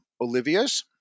Olivia's